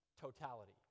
totality